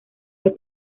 los